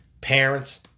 Parents